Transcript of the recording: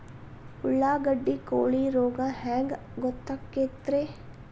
ಉಳ್ಳಾಗಡ್ಡಿ ಕೋಳಿ ರೋಗ ಹ್ಯಾಂಗ್ ಗೊತ್ತಕ್ಕೆತ್ರೇ?